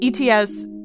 ETS